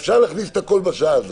אפשר להכניס את הכול בשעה הזאת.